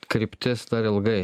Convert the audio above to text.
kryptis dar ilgai